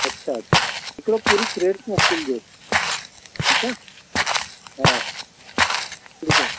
अछा अछा हिकिड़ो पूरी क्रेट मोकिलिजो ठीक आहे हा ठीकु आहे